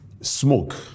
smoke